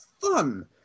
fun